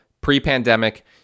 Pre-pandemic